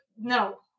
no